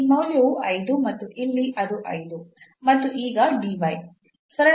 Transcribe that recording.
ಈ ಮೌಲ್ಯವು 5 ಮತ್ತು ಇಲ್ಲಿ ಅದು 5 ಮತ್ತು ಈಗ